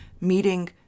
meeting